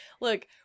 look